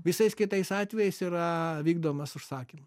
visais kitais atvejais yra vykdomas užsakymas